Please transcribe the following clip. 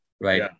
right